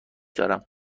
دارم